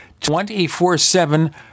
24-7